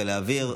לא העביר,